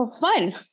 Fun